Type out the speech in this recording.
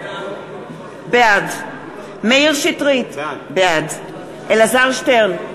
בעד מאיר שטרית, בעד אלעזר שטרן,